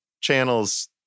channels